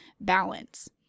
balance